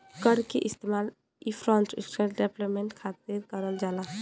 कर क इस्तेमाल इंफ्रास्ट्रक्चर डेवलपमेंट करे खातिर करल जाला